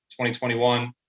2021